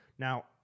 Now